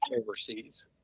overseas